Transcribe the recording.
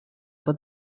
for